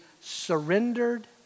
surrendered